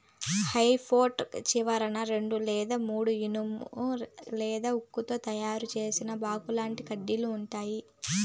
హె fork చివరన రెండు లేదా మూడు ఇనుము లేదా ఉక్కుతో తయారు చేసిన బాకుల్లాంటి కడ్డీలు ఉంటాయి